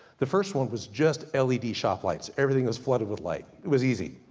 the first one was just ah led shop lights, everything was flooded with light. it was easy.